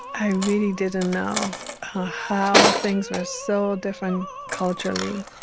i really did and know how things were so different culturally.